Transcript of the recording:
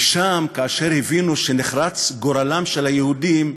ושם, כאשר הבינו שנחרץ גורלם של היהודים,